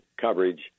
coverage